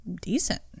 decent